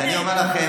אז אני אומר לכם,